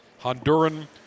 Honduran